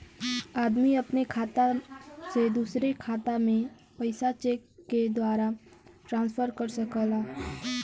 आदमी अपने खाता से दूसरे के खाता में पइसा चेक के द्वारा ट्रांसफर कर सकला